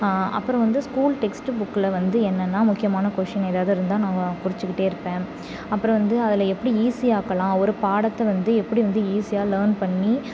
அப்புறம் வந்து school text புக்கில் வந்து என்னனால் முக்கியமான கோஷின் ஏதாவது இருந்தால் நான் குறிச்சுக்கிட்டே இருப்பேன் அப்புறம் வந்து அதில் எப்படி ஈசி ஆக்கலாம் ஒரு பாடத்தை வந்து எப்படி வந்து ஈஸியாக லேர்ன் பண்ணி